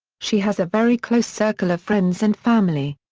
she has a very close circle of friends and family.